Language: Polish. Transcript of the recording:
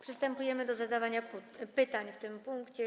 Przystępujemy do zadawania pytań w tym punkcie.